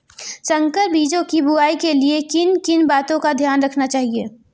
संकर बीजों की बुआई के लिए किन किन बातों का ध्यान रखना चाहिए?